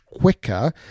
quicker